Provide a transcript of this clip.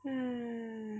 hmm